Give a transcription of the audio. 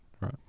Right